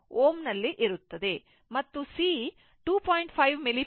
ಮತ್ತು C 2